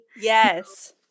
Yes